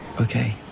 Okay